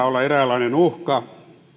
olla eräänlainen uhka